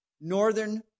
northern